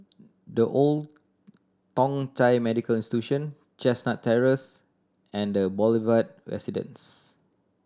The Old Thong Chai Medical Institution Chestnut Terrace and The Boulevard Residence